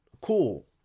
cool